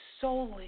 solely